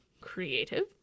Creative